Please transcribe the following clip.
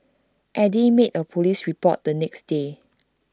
Eddy made A Police report the next day